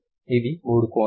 ఇవి మూడు కోణాలు